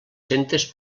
centes